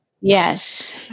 Yes